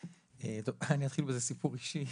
טוב, אני אתחיל באיזה סיפור אישי.